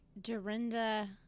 Dorinda